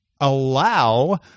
allow